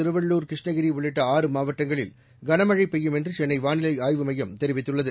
திருவள்ளர் கிருஷ்ணகிரி உள்ளிட்ட ஆறு மாவட்டங்களில் கனமழை பெய்யும் என்று சென்னை வானிலை ஆய்வு மையம் தெரிவித்துள்ளது